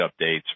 updates